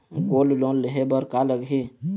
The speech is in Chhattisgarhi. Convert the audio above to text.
गोल्ड लोन लेहे बर का लगही?